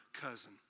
cousin